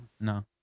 No